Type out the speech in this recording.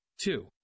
Two